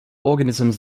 organisms